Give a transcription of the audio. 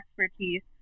expertise